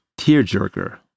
tearjerker